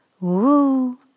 woo